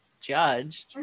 judged